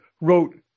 wrote